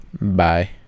Bye